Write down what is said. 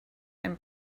and